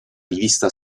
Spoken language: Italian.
rivista